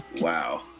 Wow